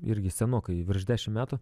irgi senokai virš dešim metų